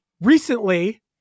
recently